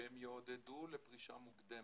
שהם יעודדו לפרישה מוקדמת.